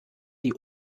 die